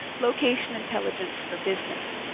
location intelligence for business.